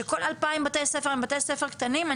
שכל 2,000 בתי-הספר הם בתי-ספר קטנים,